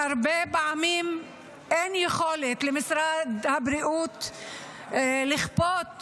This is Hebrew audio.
והרבה פעמים למשרד הבריאות אין יכולת לכפות,